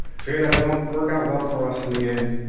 fear that i won't work out well for us in the end.